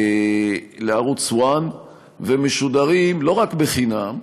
לערוץ One, והם משודרים לא רק בחינם,